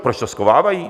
Proč to schovávají?